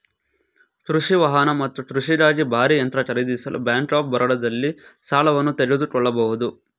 ಕೃಷಿ ವಾಹನ ಮತ್ತು ಕೃಷಿಗಾಗಿ ಭಾರೀ ಯಂತ್ರ ಖರೀದಿಸಲು ಬ್ಯಾಂಕ್ ಆಫ್ ಬರೋಡದಲ್ಲಿ ಸಾಲವನ್ನು ತೆಗೆದುಕೊಳ್ಬೋದು